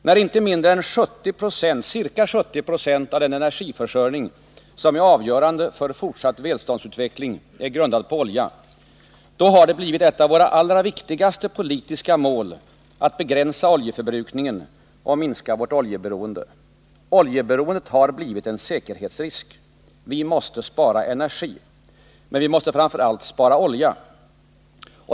När inte mindre än ca 70 96 av den energiförsörjning som är avgörande för fortsatt välståndsutveckling är grundad på olja har det blivit ett av våra allra viktigaste politiska mål att begränsa oljeförbrukningen och minska vårt oljeberoende. Oljeberoendet har blivit en säkerhetsrisk. Vi måste spara energi. Men vi måste framför allt spara olja.